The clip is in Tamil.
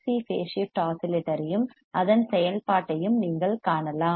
சிRC பேஸ் ஷிப்ட் ஆஸிலேட்டரையும் அதன் செயல்பாட்டையும் நீங்கள் காணலாம்